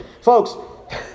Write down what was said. folks